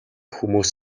хүмүүс